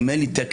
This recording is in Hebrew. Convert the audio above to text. אם אין לי תקן,